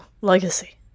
legacy